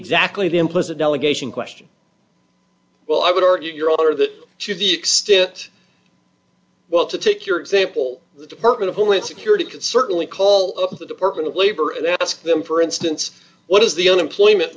exactly the implicit delegation question well i would argue your honor that to the extent well to take your example the department of homeland security could certainly call up the department of labor and ask them for instance what is the unemployment